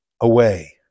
away